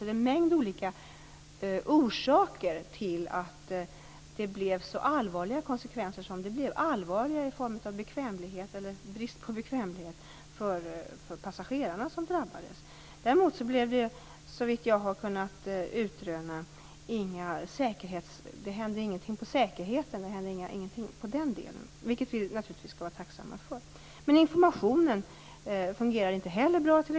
Det finns alltså en mängd orsaker till att konsekvenserna blev så allvarliga som de blev - allvarliga i form av bekvämlighet, eller snarare brist på bekvämlighet, för passagerarna som drabbades. Däremot hände såvitt jag har kunnat utröna ingenting på säkerhetssidan, vilket vi naturligtvis skall vara tacksamma för. Informationen fungerade inte heller bra.